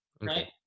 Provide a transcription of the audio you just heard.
Right